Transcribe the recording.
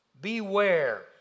Beware